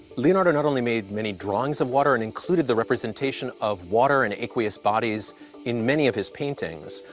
leonardo not only made many drawings of water and included the representation of water and aqueous bodies in many of his paintings,